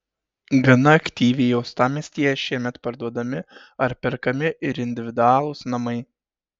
gana aktyviai uostamiestyje šiemet parduodami ar perkami ir individualūs namai